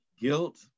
Guilt